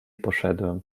poszedłem